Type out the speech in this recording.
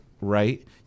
right